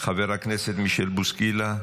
חבר הכנסת מישל בוסקילה,